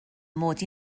mod